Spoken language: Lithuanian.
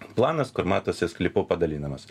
planas kur matosi sklypų padalinamas